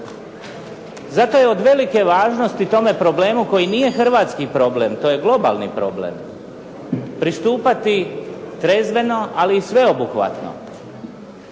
Zato je od velike važnosti tome problemu koji nije hrvatski problem, to je globalni problem, pristupati trezveno ali i sveobuhvatno